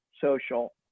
social